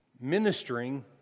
ministering